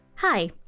Hi